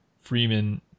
Freeman